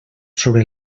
sobre